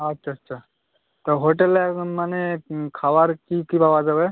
আচ্ছা আচ্ছা তা হোটেলে মানে খাবার কী কী পাওয়া যাবে